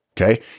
okay